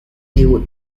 the